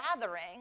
gathering